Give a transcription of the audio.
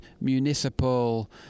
municipal